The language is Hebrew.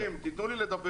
חברים, תנו לי לדבר.